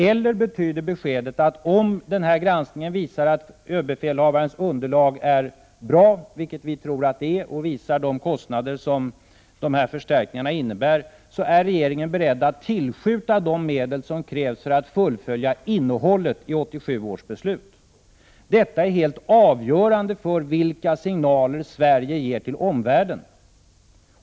Eller betyder beskedet att om försvarskommitténs granskning visar att överbefälhavarens underlag är bra — vilket vi tror att det är — och visar de kostnader som förstärkningarna innebär, regeringen då är beredd att tillskjuta de medel som krävs för att fullfölja innehållet i 1987 års beslut? Detta är helt avgörande för vilka signaler Sverige ger till omvärlden.